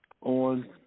on